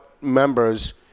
members